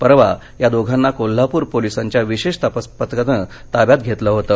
परवा या दोघांना कोल्हापूर पोलिसांच्या विशेष तपास पथकानं ताब्यात घेतलं होतं